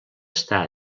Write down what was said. estar